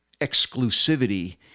exclusivity